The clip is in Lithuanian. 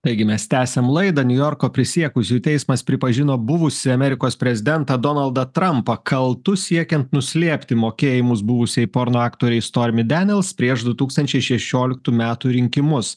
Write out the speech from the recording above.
taigi mes tęsiam laidą niujorko prisiekusiųjų teismas pripažino buvusį amerikos prezidentą donaldą trampą kaltu siekiant nuslėpti mokėjimus buvusiai porno aktorei stormy deniels prieš du tūkstančiai šešioliktų metų rinkimus